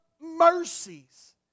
mercies